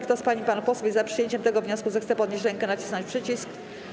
Kto z pań i panów posłów jest za przyjęciem tego wniosku, zechce podnieść rękę i nacisnąć przycisk.